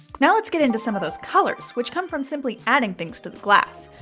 now let's get into some of those colors, which come from simply adding things to the glass.